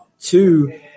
Two